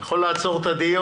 הוא יכול לעצור את הדיון,